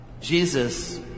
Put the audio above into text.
Jesus